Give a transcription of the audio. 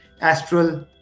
astral